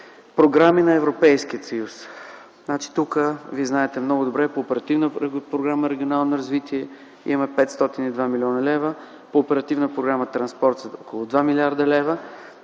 Програми на Европейския съюз. Тук, знаете много добре, по Оперативна програма „Регионално развитие” има 502 млн. лв., по Оперативна програма „Транспорт” – около 2 млрд. лв.,